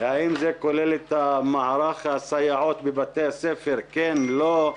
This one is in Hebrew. האם זה כולל את המערך הסייעות בבתי הספר, כן, לא.